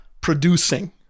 producing